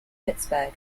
pittsburgh